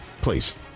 Please